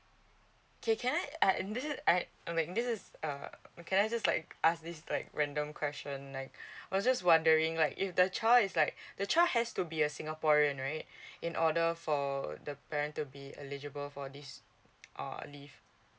k can I uh this is like I'm like this is uh can I just like ask this like random question like I was just wondering like if the child is like the child has to be a singaporean right in order for the parent to be eligible for this uh leave